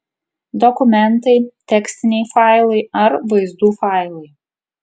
dokumentai tekstiniai failai ar vaizdų failai